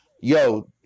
yo